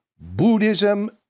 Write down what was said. Buddhism